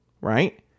right